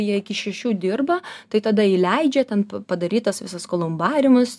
jie iki šešių dirba tai tada įleidžia ten padarytas visas kolumbariumus